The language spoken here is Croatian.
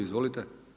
Izvolite.